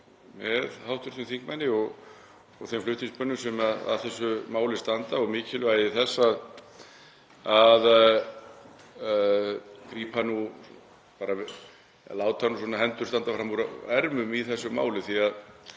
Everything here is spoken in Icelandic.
með hv. þingmanni og þeim flutningsmönnum sem að þessu máli standa um mikilvægi þess að láta hendur standa fram úr ermum í þessu máli